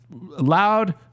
loud